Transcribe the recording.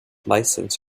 license